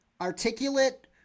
articulate